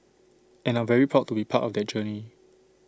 and I'm very proud to be part of that journey